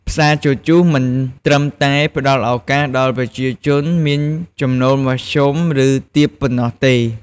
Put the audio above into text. ផ្សារជជុះមិនត្រឹមតែផ្ដល់ឱកាសដល់ប្រជាជនមានចំណូលមធ្យម ឬទាបប៉ុណ្ណោះទេ។